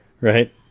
right